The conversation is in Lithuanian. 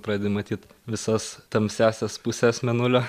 pradedi matyt visas tamsiąsias puses mėnulio